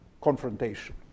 confrontation